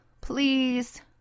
please